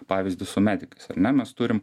pavyzdį su medikais ane mes turime